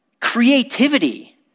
creativity